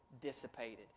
dissipated